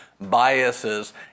biases